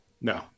No